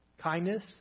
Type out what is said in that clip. kindness